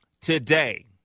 today